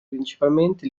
principalmente